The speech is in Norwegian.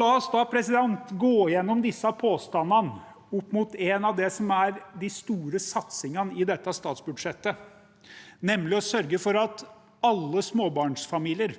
La oss da gå gjennom disse påstandene opp mot det som er en av de store satsingene i dette statsbudsjettet, nemlig å sørge for at alle småbarnsfamilier